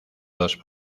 dos